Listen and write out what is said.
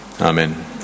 Amen